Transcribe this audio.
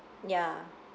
ya